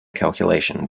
calculation